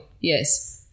Yes